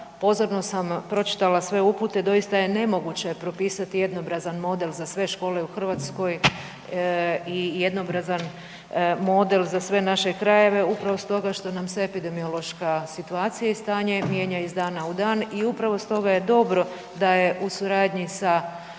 pozorno sam pročitala sve upute, doista je nemoguće propisati jednobrazan model za sve škole u Hrvatskoj i jednoobrazan model za sve naše krajeve upravo stoga što nam se epidemiološka situacija i stanje mijenja iz dana u dan i upravo stoga je dobro da je u suradnji sa osnivačima,